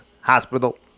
hospital